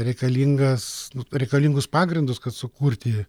reikalingas reikalingus pagrindus kad sukurti